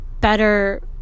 better